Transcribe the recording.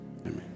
Amen